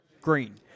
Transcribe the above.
green